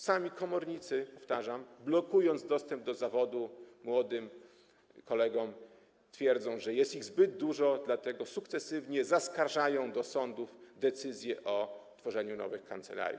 Sami komornicy, powtarzam, blokując dostęp do zawodu młodym kolegom, twierdzą, że jest ich zbyt dużo, dlatego sukcesywnie zaskarżają do sądów decyzje o tworzeniu nowych kancelarii.